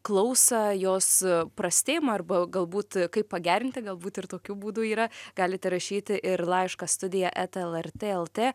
klausą jos prastėjimą arba galbūt kaip pagerinti galbūt ir tokių būdų yra galite rašyti ir laišką studija eta lrt lt